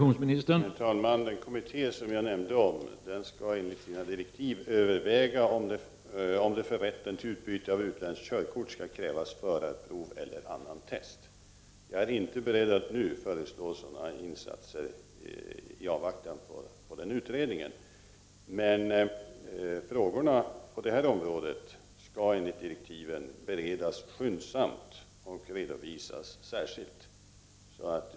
Herr talman! Den kommitté som jag nämnde skall enligt sina direktiv överväga om det för rätten till utbyte av utländskt körkort skall krävas förarprov eller annat test. Jag är inte beredd att i avvaktan på denna utredning nu föreslå sådana insatser. Men frågorna på detta område skall enligt direktiven beredas skyndsamt och redovisas särskilt.